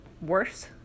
worse